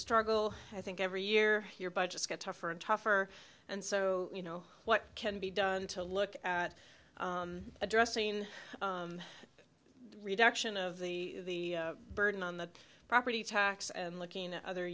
struggle i think every year your budgets get tougher and tougher and so you know what can be done to look at addressing reduction of the burden on the property tax and looking at other